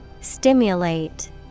Stimulate